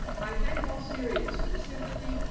i thank all syrians for the sympathy,